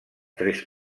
tres